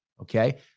Okay